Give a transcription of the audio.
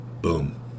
boom